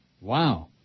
Wow